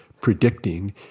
predicting